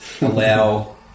allow